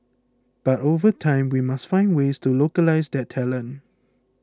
but over time we must find ways to localise that talent